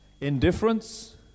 Indifference